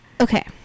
Okay